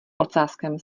ocáskem